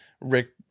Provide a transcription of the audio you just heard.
Rick